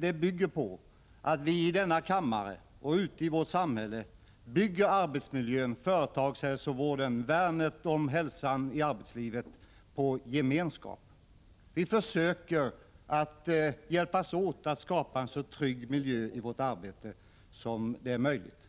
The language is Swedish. Det beror på att vii denna kammare och ute i samhället bygger arbetsmiljön, företagshälsovården och värnet om hälsan i arbetslivet på gemenskap. Vi försöker hjälpas åt att skapa en så trygg miljö i arbetet som möjligt.